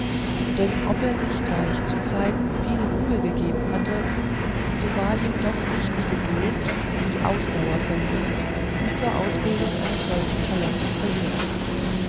denn ob er sich gleich zuzeiten viel mühe gegeben hatte so war ihm doch nicht die geduld die ausdauer verliehen die zur ausbildung eines solchen talentes gehört